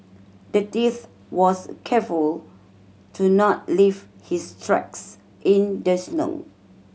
the thief was careful to not leave his tracks in the snow